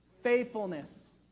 faithfulness